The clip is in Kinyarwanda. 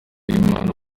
b’imana